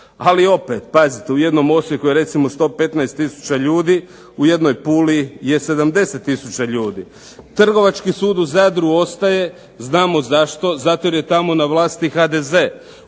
ali opet pazite u jednom Osijeku je recimo 115 tisuća ljudi u jednoj Puli je 70 tisuća ljudi. Trgovački sud u Zadru ostaje, znamo zašto, zato jer je tamo na vlasti HDZ.